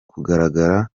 kugaragara